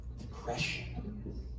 depression